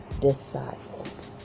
disciples